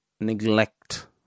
neglect